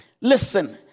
Listen